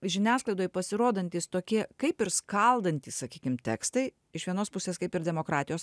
žiniasklaidoj pasirodantys tokie kaip ir skaldantys sakykim tekstai iš vienos pusės kaip ir demokratijos